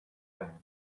band